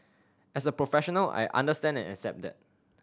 as a professional I understand and accept that